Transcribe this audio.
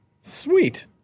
Sweet